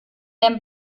der